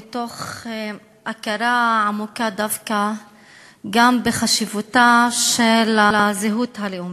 מתוך הכרה עמוקה דווקא גם בחשיבותה של הזהות הלאומית.